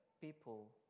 people